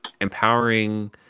empowering